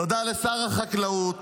תודה לשר החקלאות